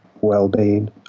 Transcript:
well-being